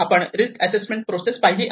आपण risk assessment process पाहिली पाहिजे